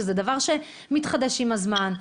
שזה דבר שמתחדש עם הזמן.